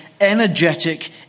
energetic